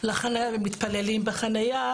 לחנייה והמתפללים בחנייה,